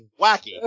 wacky